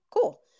cool